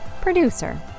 producer